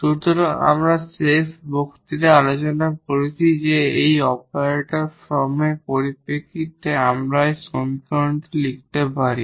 সুতরাং আমরা শেষ বক্তৃতায় আলোচনা করেছি যে এই অপারেটর ফর্মের পরিপ্রেক্ষিতে আমরা এই সমীকরণটি লিখতে পারি